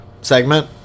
segment